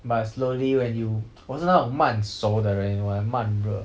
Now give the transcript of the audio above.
but slowly when you 我是那种慢熟的人 you know like 慢热